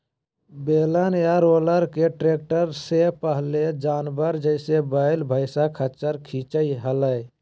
बेलन या रोलर के ट्रैक्टर से पहले जानवर, जैसे वैल, भैंसा, खच्चर खीचई हलई